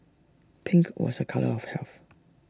pink was A colour of health